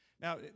Now